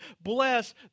bless